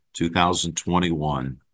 2021